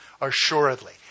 assuredly